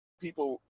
people